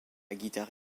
guitare